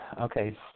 okay